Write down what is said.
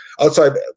outside